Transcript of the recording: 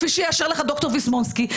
כפי שיאשר לך ד"ר ויסמונסקי,